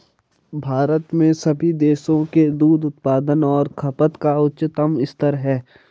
भारत में सभी देशों के दूध उत्पादन और खपत का उच्चतम स्तर है